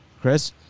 Chris